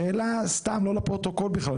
שאלה סתם, לא לפרוטוקול בכלל.